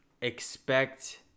expect